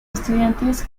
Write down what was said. estudiantes